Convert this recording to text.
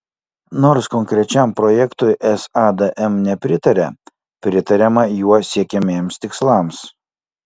nors konkrečiam projektui sadm nepritaria pritariama juo siekiamiems tikslams